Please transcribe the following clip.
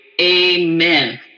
amen